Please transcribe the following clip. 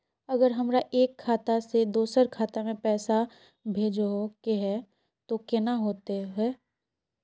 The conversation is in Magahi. अगर हमरा एक खाता से दोसर खाता में पैसा भेजोहो के है तो केना होते है?